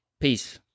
Peace